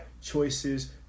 choices